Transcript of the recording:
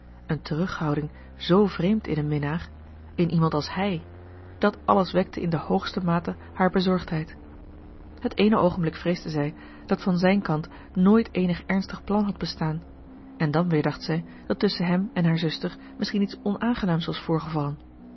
een terughouding z vreemd in een minnaar in iemand als hij dat alles wekte in de hoogste mate haar bezorgdheid het eene oogenblik vreesde zij dat van zijn kant nooit eenig ernstig plan had bestaan en dan weer dacht zij dat tusschen hem en haar zuster misschien iets onaangenaams was voorgevallen